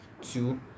two